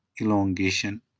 elongation